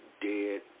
dead